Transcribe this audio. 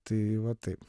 tai va taip